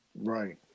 Right